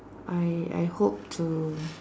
I I hope to